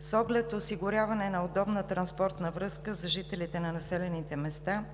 С оглед осигуряване на удобна транспортна връзка за жителите на населените места